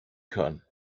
können